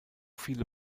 viele